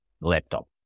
laptop